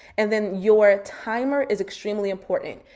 and then your timer is extremely important.